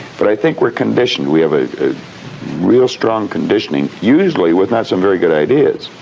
but i think we're conditioned. we have a real strong conditioning, usually, with not some very good ideas.